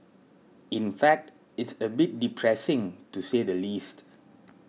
in fact it's a bit depressing to say the least